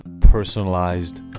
personalized